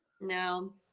No